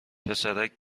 پسرک